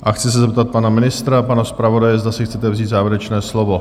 A chci se zeptat pana ministra, pana zpravodaje, zda si chcete vzít závěrečné slovo?